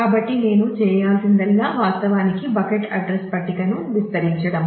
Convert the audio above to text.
కాబట్టి నేను చేయాల్సిందల్లా వాస్తవానికి బకెట్ అడ్రస్ పట్టికను విస్తరించడం